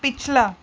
ਪਿਛਲਾ